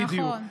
נכון.